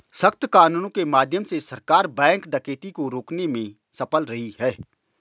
सख्त कानूनों के माध्यम से सरकार बैंक डकैती को रोकने में सफल रही है